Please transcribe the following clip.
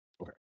Okay